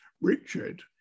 Richard